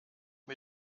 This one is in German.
mir